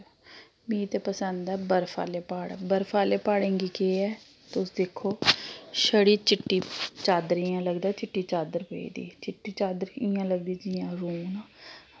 मी ते पसंद ऐ बर्फ आह्ले प्हाड़ बर्फ आह्लें प्हाड़ें गी केह् ऐ तुस दिक्खो छड़ी चिट्टी चादर इ'यां लगदा चिट्टी चादर पेदी चिट्टी चादर इ'यां लगदी जि'यां रूं